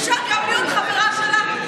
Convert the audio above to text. אפשר גם להיות חברה שלה?